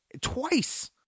twice